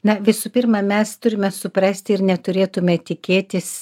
na visų pirma mes turime suprasti ir neturėtume tikėtis